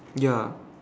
ya